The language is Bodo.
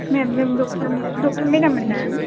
मेम नों डक्टर डक्टर मेदाममोन ना